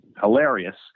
hilarious